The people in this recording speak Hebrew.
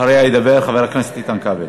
אחריה ידבר חבר הכנסת איתן כבל.